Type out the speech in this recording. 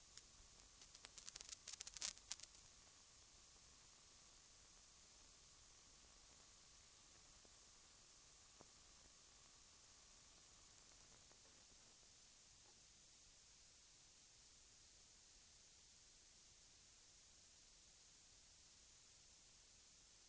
Jag tror att den utredning och den gemensamma lösning som herr Takman är ute efter kan åstadkommas just när den här utflyttningen definitivt blir genomförd.